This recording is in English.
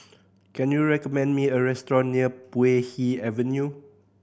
can you recommend me a restaurant near Puay Hee Avenue